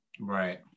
Right